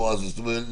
זאת אומרת,